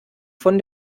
von